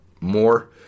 more